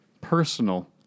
personal